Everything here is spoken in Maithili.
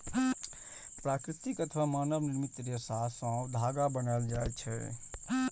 प्राकृतिक अथवा मानव निर्मित रेशा सं धागा बनायल जाए छै